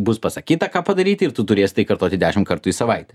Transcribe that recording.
bus pasakyta ką padaryti ir tu turėsi tai kartoti dešim kartų į savaitę